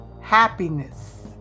happiness